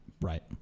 Right